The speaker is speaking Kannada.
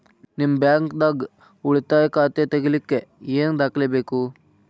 ನಿಮ್ಮ ಬ್ಯಾಂಕ್ ದಾಗ್ ಉಳಿತಾಯ ಖಾತಾ ತೆಗಿಲಿಕ್ಕೆ ಏನ್ ದಾಖಲೆ ಬೇಕು?